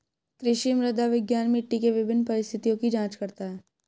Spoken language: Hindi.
कृषि मृदा विज्ञान मिट्टी के विभिन्न परिस्थितियों की जांच करता है